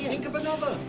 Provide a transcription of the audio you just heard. think of another!